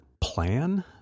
plan